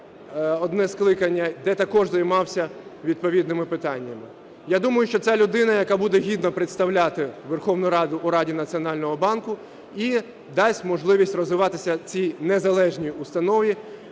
одне скликання, де також займався відповідними питаннями. Я думаю, що це людина, яка буде гідно представляти Верховну Раду у Раді Національного банку і дасть можливість розвиватися цій незалежній установі